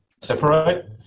separate